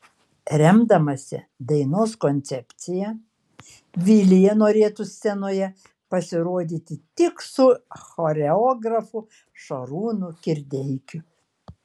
remdamasi dainos koncepcija vilija norėtų scenoje pasirodyti tik su choreografu šarūnu kirdeikiu